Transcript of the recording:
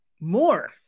more